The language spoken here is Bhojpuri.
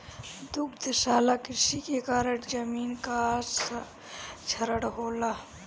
दुग्धशाला कृषि के कारण जमीन कअ क्षरण होला